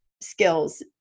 skills